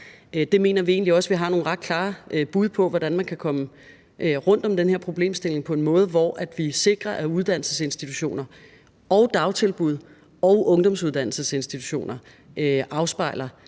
Det mener vi egentlig også vi har nogle klare bud på, altså hvordan man kan komme rundt om den her problemstilling på en måde, hvor vi sikrer, at uddannelsesinstitutioner, dagtilbud og ungdomsuddannelsesinstitutioner afspejler